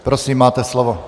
Prosím, máte slovo.